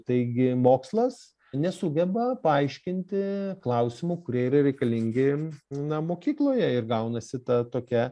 taigi mokslas nesugeba paaiškinti klausimų kurie yra reikalingi na mokykloje ir gaunasi ta tokia